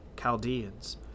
Chaldeans